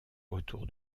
autour